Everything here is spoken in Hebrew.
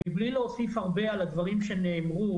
מבלי להוסיף הרבה על הדברים שנאמרו,